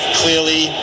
clearly